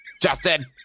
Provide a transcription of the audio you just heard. Justin